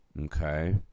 Okay